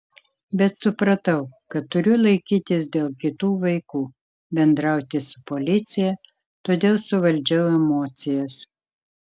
bet supratau kad turiu laikytis dėl kitų vaikų bendrauti su policija todėl suvaldžiau emocijas